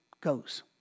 goes